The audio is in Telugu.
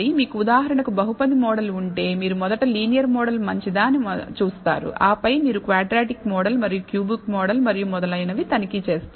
మీకు ఉదాహరణకు బహుపది మోడల్ ఉంటే మీరు మొదట లీనియర్ మోడల్ మంచిదా అని మొదట చూస్తారుఆపై మీరు క్వాడ్రాటిక్ మోడల్ మరియు క్యూబిక్ మోడల్ మరియు మొదలైనవి తనిఖీ చేస్తారు